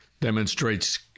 demonstrates